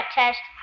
test